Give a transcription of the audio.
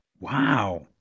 Wow